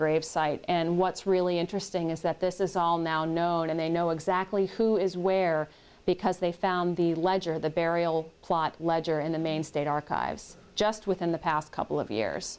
grave site and what's really interesting is that this is all now known and they know exactly who is where because they found the ledger the burial plot ledger in the main state archives just within the past couple of years